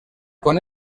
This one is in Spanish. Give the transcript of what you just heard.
con